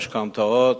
משכנתאות,